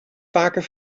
vaker